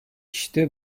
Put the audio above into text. işte